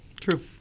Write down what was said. true